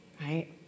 right